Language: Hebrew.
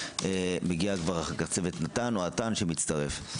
מגיע אחר כך צוות נתן או אט"ן שמצטרף.